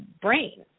brain